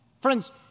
Friends